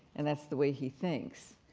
and that's the way he thinks.